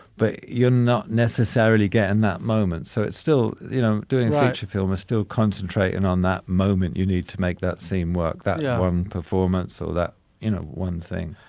but you're not necessarily get in that moment. so it's still, you know, doing feature film is still concentrating on that moment. you need to make that same work, that yeah um performance so that you know one thing,